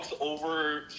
over